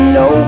no